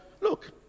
Look